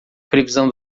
previsão